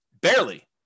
Barely